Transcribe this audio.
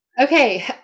Okay